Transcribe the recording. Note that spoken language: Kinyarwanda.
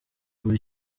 kuva